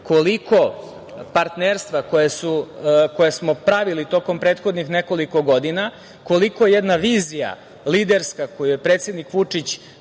koliko partnerstva koja smo pravili tokom prethodnih nekoliko godina, koliko jedna vizija liderska, koju je predsednik Vučić